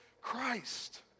Christ